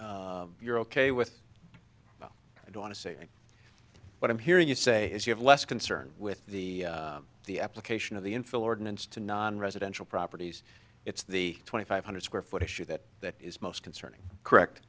you're ok with i do want to say what i'm hearing you say is you have less concern with the the application of the infill ordinance to non residential properties it's the twenty five hundred square foot issue that that is most concerning correct